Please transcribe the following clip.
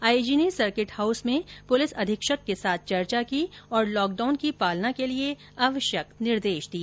IG ने circuit house में police अधीक्षक के साथ चर्चा की और लॉकडाउन की पालना के लिए आवश्यक निर्देश दिए